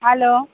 hello